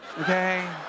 okay